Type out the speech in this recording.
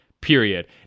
period